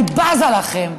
אני בזה לכם.